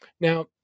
Now